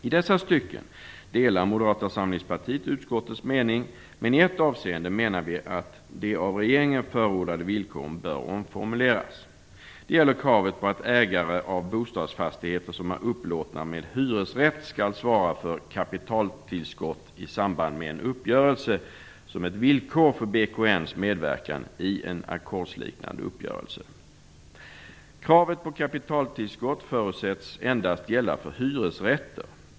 I dessa stycken delar Moderata samlingspartiet utskottets mening, men i ett avseende menar vi att de av regeringen förordade villkoren bör omförmuleras. Det gäller kravet på att ägare av bostadsfastigheter som är upplåtna med hyresrätt skall svara för kapitaltillskott i samband med en uppgörelse som ett villkor för Kravet på kapitaltillskott förutsätts endast gälla för hyresrätter.